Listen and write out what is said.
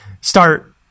start